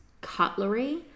cutlery